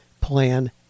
plan